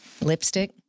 Lipstick